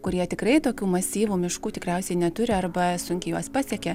kurie tikrai tokių masyvų miškų tikriausiai neturi arba sunkiai juos pasiekia